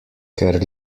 kjer